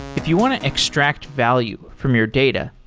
if you want to extract value from your data,